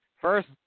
First